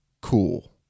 cool